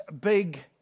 big